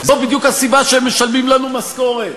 זאת בדיוק הסיבה שהם משלמים לנו משכורת,